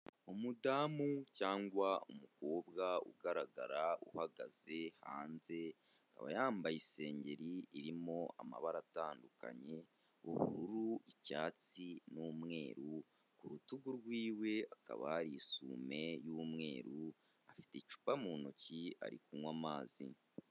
Umudamu cyangwa umukobwa ugaragara, uhagaze hanze, akaba yambaye isenyeri irimo amabara atandukanye: ubururu, icyatsi n'umweru, ku rutugu rw'iwe hakaba hari isume y'umweru, afite icupa mu ntoki, ari kunywa amazi.